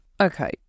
Okay